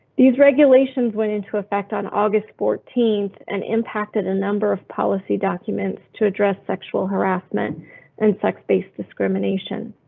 these regulations went into effect on august fourteenth and impacted a number of policy documents to address sexual harassment and sex based discrimination.